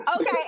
okay